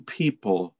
people